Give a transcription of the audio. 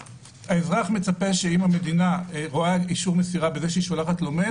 האזרח מצפה שאם המדינה רואה אישור מסירה בזה שהיא שולחת לו מייל,